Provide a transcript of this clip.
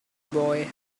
boy